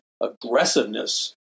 aggressiveness